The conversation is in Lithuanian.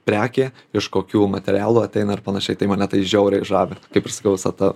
prekė iš kokių materialų ateina ir panašiai tai mane tai žiauriai žavi kaip ir sakiau visa ta